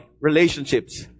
relationships